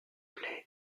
plaît